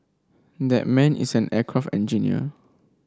that man is an aircraft engineer